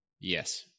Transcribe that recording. Yes